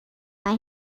mae